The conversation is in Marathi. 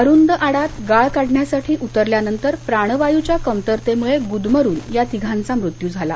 अरुंद आडात गाळ काढण्यासाठी उतरल्यानंतर प्राणवायूच्या कमतरतेम्रळे गुदमरुन एकाच या तिघांचा मृत्यू झाला